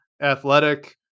athletic